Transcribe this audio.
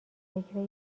فکر